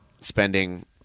spending